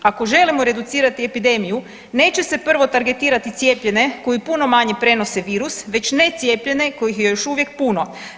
Ako želimo reducirati epidemiju, neće se prvo targetirati cijepljene koji puno manje prenose virus, već necijepljene kojih je još uvijek puno.